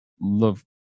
love